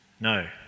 No